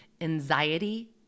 Anxiety